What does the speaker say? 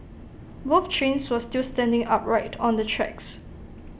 both trains were still standing upright on the tracks